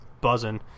buzzing